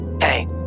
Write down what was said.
Hey